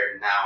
Now